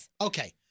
Okay